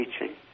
teaching